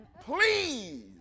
please